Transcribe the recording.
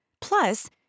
Plus